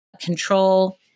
control